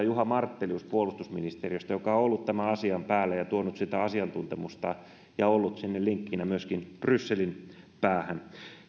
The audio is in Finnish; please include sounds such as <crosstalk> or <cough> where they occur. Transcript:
<unintelligible> juha martelius puolustusministeriöstä joka on ollut tämän asian päällä ja tuonut asiantuntemusta ja ollut linkkinä myöskin sinne brysselin päähän